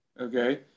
okay